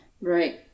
Right